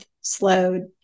slowed